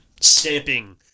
stamping